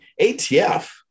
ATF